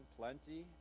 plenty